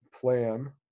plan